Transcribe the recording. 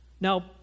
Now